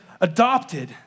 adopted